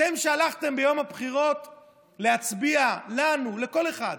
אתם שהלכתם ביום הבחירות להצביע, לנו, לכל אחד: